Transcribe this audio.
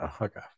Okay